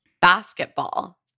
basketball